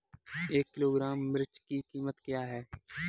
एक किलोग्राम मिर्च की कीमत क्या है?